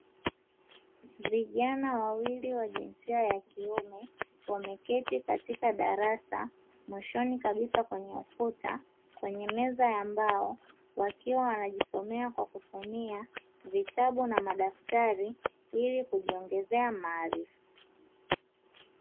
Vijana wawili wa jinsia ya kiume, wameketi katika darasa mwishoni kabisa kwenye ukuta, kwenye meza ya mbao, wakiwa wanajisomea kwa kutumia, vitabu na madaftali ili kujiongezea maarifa.